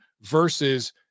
versus